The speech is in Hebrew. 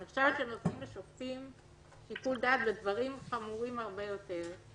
אתם נותנים לשופטים שיקול דעת בדברים חמורים הרבה יותר,